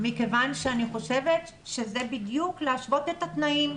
מכיוון שאני חושבת שזה בדיוק להשוות את התנאים.